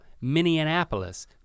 Minneapolis